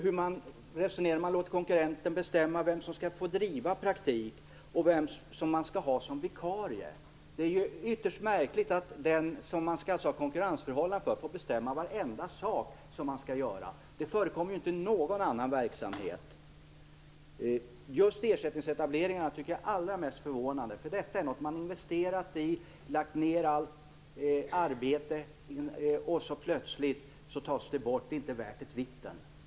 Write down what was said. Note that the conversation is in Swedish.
Hur resonerar man när man låter konkurrenten bestämma vem som skall driva praktik och vem jag skall ha som vikarie? Det är ytterst märkligt att den som man skall ha konkurrensförhållandet med får bestämma varenda sak som man skall göra. Det förekommer inte i någon annan verksamhet. Just ersättningsetableringar tycker jag är allra mest förvånande. Detta är något som man har investerat i, lagt ner allt arbete i, och plötsligt tas det bort och är inte värt ett vitten.